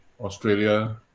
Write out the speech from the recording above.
Australia